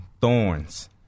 thorns